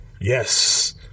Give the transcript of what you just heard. Yes